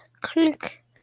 click